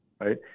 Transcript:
right